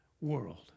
world